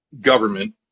government